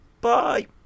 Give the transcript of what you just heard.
Bye